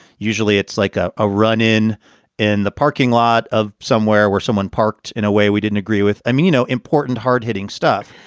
usually it's like ah a run in in the parking lot of somewhere where someone parked in a way we didn't agree with. i mean, you know, important hard. hitting stuff,